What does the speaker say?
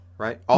Right